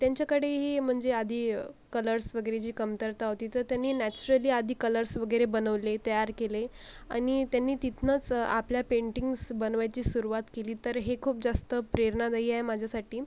त्यांच्याकडेही म्हणजे आधी कलर्स वगैरे जी कमतरता होती तर त्यांनी नॅचरली आधी कलर्स वगैरे बनवले तयार केले आणि त्यांनी तिथनंच आपल्या पेंटिंग्स बनवायची सुरुवात केली तर हे खूप जास्त प्रेरणादायी आहे माझ्यासाठी